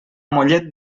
mollet